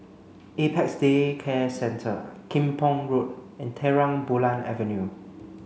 Apex Day Care Centre Kim Pong Road and Terang Bulan Avenue